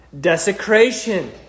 desecration